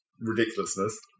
ridiculousness